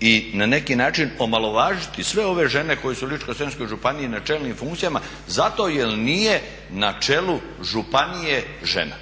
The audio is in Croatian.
i na neki način omalovažiti sve ove žene koje su u Ličko-senjskoj županiji na čelnim funkcijama zato jer nije na čelu županije žena.